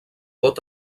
pot